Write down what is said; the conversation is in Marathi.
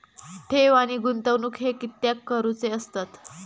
ठेव आणि गुंतवणूक हे कित्याक करुचे असतत?